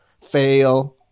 fail